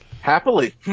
Happily